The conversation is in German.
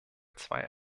zwei